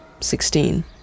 sixteen